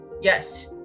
yes